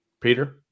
Peter